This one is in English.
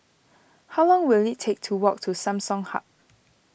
how long will it take to walk to Samsung Hub